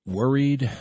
worried